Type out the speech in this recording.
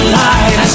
light